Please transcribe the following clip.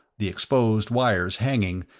the exposed wires hanging,